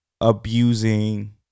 abusing